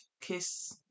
kiss